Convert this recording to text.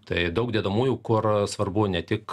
tai daug dedamųjų kur svarbu ne tik